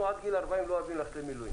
אנחנו, עד גיל 40, לא אוהבים ללכת למילואים,